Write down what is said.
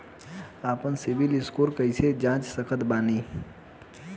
आपन सीबील स्कोर कैसे जांच सकत बानी?